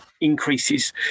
increases